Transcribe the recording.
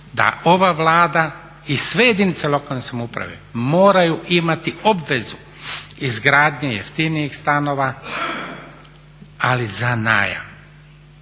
da ova Vlada i sve jedinice lokalne samouprave moraju imati obvezu izgradnje jeftinijih stanova ali za najam.